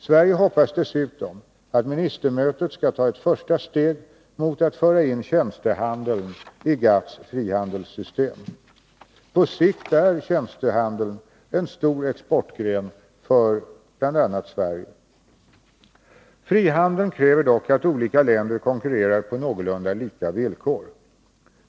Sverige hoppas dessutom att ministermötet skall ta ett första steg mot att föra in tjänstehandeln i GATT:s frihandelssystem. På sikt är tjänstehandeln en stor exportgren för bl.a. Sverige. Frihandeln kräver dock att olika länder konkurrerar på någorlunda lika villkor.